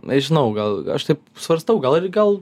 nežinau gal aš taip svarstau gal ir gal